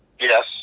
yes